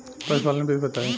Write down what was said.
पशुपालन विधि बताई?